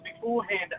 beforehand